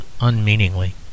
unmeaningly